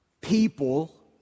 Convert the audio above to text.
people